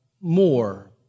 more